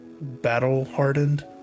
battle-hardened